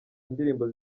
indirimbo